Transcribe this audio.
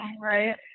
right